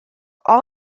all